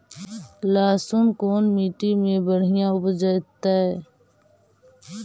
लहसुन कोन मट्टी मे बढ़िया उपजतै?